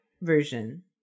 version